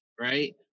right